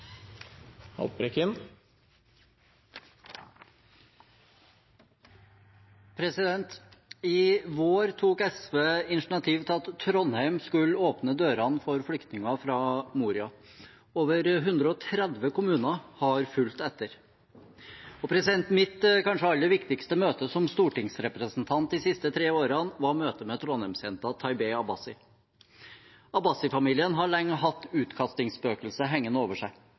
minutter. I vår tok SV initiativ til at Trondheim skulle åpne dørene for flyktninger fra Moria. Over 130 kommuner har fulgt etter. Mitt kanskje aller viktigste møte som stortingsrepresentant de siste tre årene er møtet med Trondheims-jenta Taibeh Abbasi. Abbasi-familien har lenge hatt utkastingsspøkelset hengende over seg.